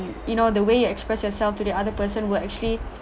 you know the way you express yourself to the other person will actually